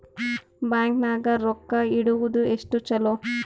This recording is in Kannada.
ಬ್ಯಾಂಕ್ ನಾಗ ರೊಕ್ಕ ಇಡುವುದು ಎಷ್ಟು ಚಲೋ?